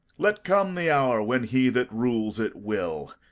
let come the hour when he that rules it will!